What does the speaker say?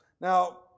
Now